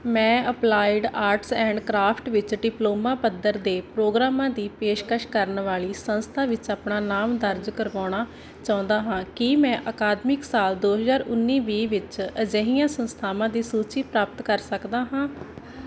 ਮੈਂ applied arts and craft ਵਿੱਚ diploma ਪੱਧਰ ਦੇ ਪ੍ਰੋਗਰਾਮਾਂ ਦੀ ਪੇਸ਼ਕਸ਼ ਕਰਨ ਵਾਲੀ ਸੰਸਥਾ ਵਿੱਚ ਆਪਣਾ ਨਾਮ ਦਰਜ ਕਰਵਾਉਣਾ ਚਾਹੁੰਦਾ ਹਾਂ ਕੀ ਮੈਂ ਅਕਾਦਮਿਕ ਸਾਲ ਦੋ ਹਜ਼ਾਰ ਉੱਨੀ ਵੀਹ ਵਿੱਚ ਅਜਿਹੀਆਂ ਸੰਸਥਾਵਾਂ ਦੀ ਸੂਚੀ ਪ੍ਰਾਪਤ ਕਰ ਸਕਦਾ ਹਾਂ